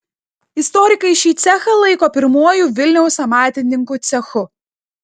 istorikai šį cechą laiko pirmuoju vilniaus amatininkų cechu